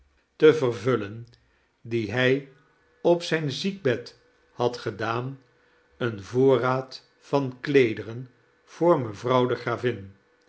te vervullen die hij op zijn ziekbed had gedaan een voorraad van kleederen voor mevrouw de gravin